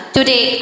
Today